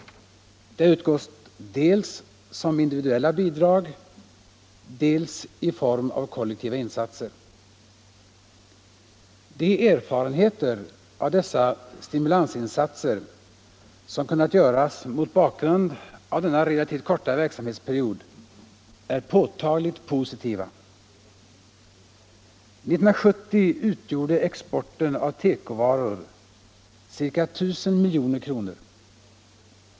Det har utgått i form av dels individuella bidrag, dels kollektiva insatser. De erfarenheter av dessa stimulansinsatser som kunnat dras efter denna relativt korta verksamhetsperiod är påtagligt positiva. År 1970 utgjorde exporten av teko-varor ca 1 000 milj.kr.